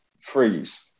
freeze